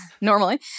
normally